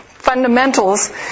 fundamentals